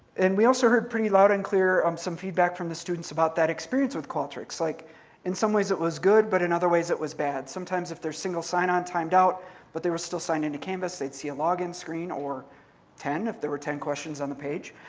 and we also heard pretty loud and clear, um some feedback from the students about that experience with qualtrics. like in some ways it was good but in other ways it was bad. sometimes if their single sign-on timed out but they were still signed in to canvas they'd see a login screen or ten if there were ten questions on the page.